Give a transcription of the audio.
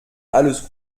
alles